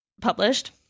published